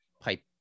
pipe